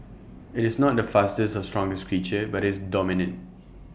IT is not the fastest or strongest creature but it's dominant